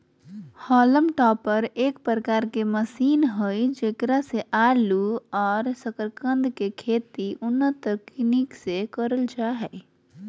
haulm topper एक प्रकार के मशीन हई जेकरा से आलू और सकरकंद के खेती उन्नत तकनीक से करल जा हई